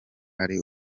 ari